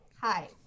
Hi